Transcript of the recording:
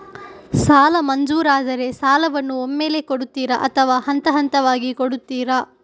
ಸಾಲ ಮಂಜೂರಾದರೆ ಸಾಲವನ್ನು ಒಮ್ಮೆಲೇ ಕೊಡುತ್ತೀರಾ ಅಥವಾ ಹಂತಹಂತವಾಗಿ ಕೊಡುತ್ತೀರಾ?